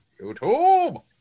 YouTube